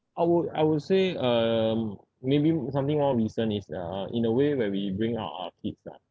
I would I would say um maybe something wrong recent is uh in a way where we bring up our kids lah